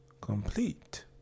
complete